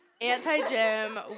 Anti-gym